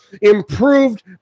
improved